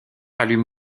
allume